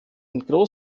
anderen